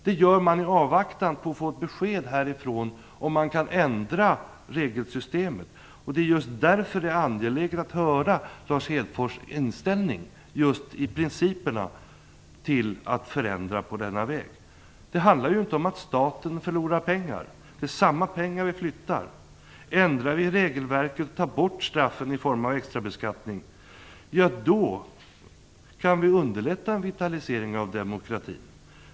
Detta har man gjort i avvaktan på ett besked härifrån när det gäller en förändring av regelsystemet. Det är just därför som jag är angelägen att höra Lars Hedfors principiella inställning till en sådan förändring. Det handlar ju inte om att staten förlorar pengar. Det är ju samma pengar som vi flyttar. Ändrar vi regelverket och tar bort straffet i form av extrabeskattning, ja, då kan vi underlätta en vitalisering av demokratin.